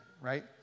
right